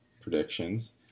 predictions